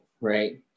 right